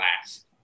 last